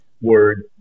word